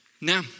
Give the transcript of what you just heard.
Now